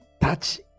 touch